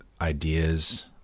ideas